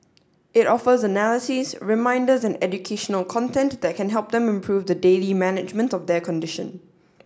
it offers analyses reminders and educational content that can help them improve the daily management of their condition